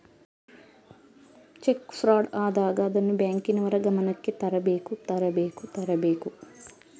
check fraud ಆದಾಗ ಅದನ್ನು ಬ್ಯಾಂಕಿನವರ ಗಮನಕ್ಕೆ ತರಬೇಕು ತರಬೇಕು ತರಬೇಕು